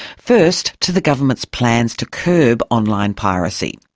first, to the government's plans to curb online piracy.